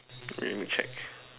let me check